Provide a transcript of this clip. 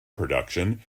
production